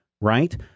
right